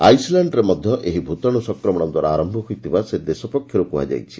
ଆଇସ୍ଲ୍ୟାଣ୍ଡରେ ମଧ୍ୟ ଏହି ଭୂତାଣୁ ସଂକ୍ରମଣ ଆରମ୍ଭ ହୋଇଯାଇଥିବା ସେ ଦେଶ ପକ୍ଷରୁ କୁହାଯାଇଛି